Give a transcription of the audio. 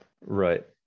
right